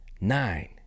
nine